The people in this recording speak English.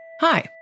Hi